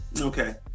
okay